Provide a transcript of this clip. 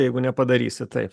jeigu nepadarysit taip